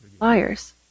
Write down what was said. Liars